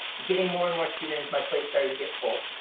getting more and more students. my plate started to get full.